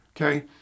Okay